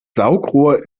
saugrohr